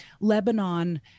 lebanon